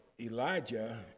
Elijah